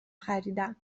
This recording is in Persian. خریدم